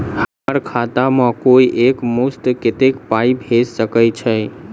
हम्मर खाता मे कोइ एक मुस्त कत्तेक पाई भेजि सकय छई?